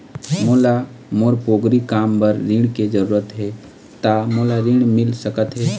मोला मोर पोगरी काम बर ऋण के जरूरत हे ता मोला ऋण मिल सकत हे?